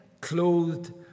clothed